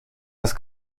das